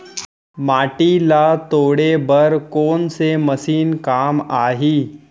माटी ल तोड़े बर कोन से मशीन काम आही?